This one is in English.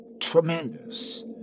tremendous